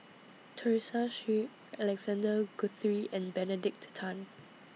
Teresa Hsu Alexander Guthrie and Benedict Tan